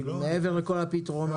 מעבר לכל הפתרונות.